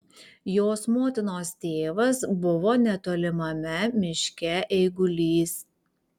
jos motinos tėvas buvo netolimame miške eigulys